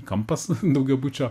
kampas daugiabučio